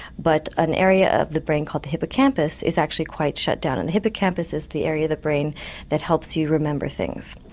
but an area of the brain called the hippocampus is actually quite shutdown and the hippocampus is the area of the brain that helps you remember things.